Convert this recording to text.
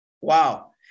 Wow